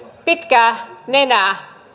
pitkää nenää